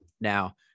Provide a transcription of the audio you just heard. Now